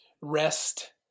Rest